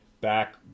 back